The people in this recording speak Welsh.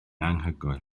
anhygoel